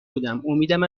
بودم، امیدم